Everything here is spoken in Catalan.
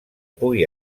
pugui